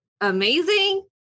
amazing